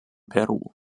peru